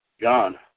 John